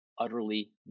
utterly